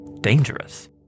dangerous